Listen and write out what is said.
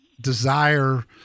desire